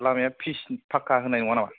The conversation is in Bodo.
लामाया फिस फाखा होनाय नङा नामा